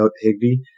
Higby